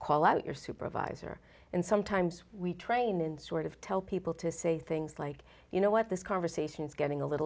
call out your supervisor and sometimes we train in sort of tell people to say things like you know what this conversation is getting a little